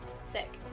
Sick